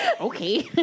Okay